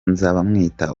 nzabamwita